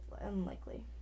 unlikely